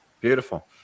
Beautiful